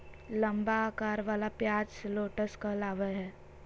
लंबा अकार वला प्याज शलोट्स कहलावय हय